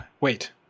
wait